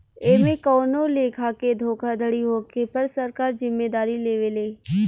एमे कवनो लेखा के धोखाधड़ी होखे पर सरकार जिम्मेदारी लेवे ले